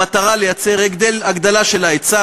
המטרה היא לייצר הגדלה של ההיצע,